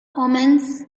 omens